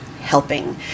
helping